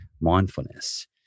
mindfulness